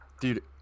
dude